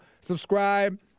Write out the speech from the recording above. Subscribe